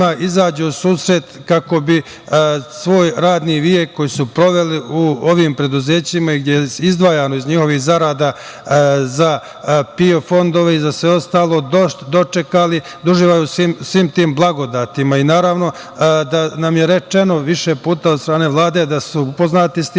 izađe u susret kako bi svoj radni vek koji su proveli u ovim preduzećima i gde je izdvajano iz njihovih zarada za PIO fondove i za sve ostalo, dočekali, da uživaju u svim tim blagodetima. Naravno, da nam je rečeno više puta od strane Vlade da su upoznati